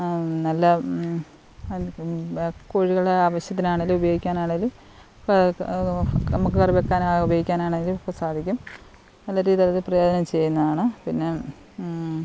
നല്ല അൻ കോഴികളെ ആവശ്യത്തിന് ആണെങ്കിലും ഉപയോഗിക്കാനാണെങ്കിലും നമക്ക് കറി വെക്കാൻ ഉപയോഗിക്കാനാണെങ്കിലും ഒക്കെ സാധിക്കും നല്ല രീതിയിൽ അത് പ്രയോജനം ചെയ്യുന്നതാണ് പിന്നെ